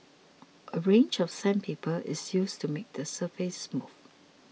a range of sandpaper is used to make the surface smooth